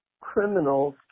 criminals